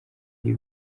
ari